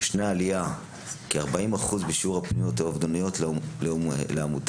ישנה עלייה של כ-40% בשיעור הפניות האובדניות לעמותה